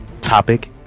topic